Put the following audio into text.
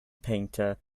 painter